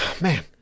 Man